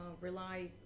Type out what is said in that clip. rely